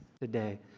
today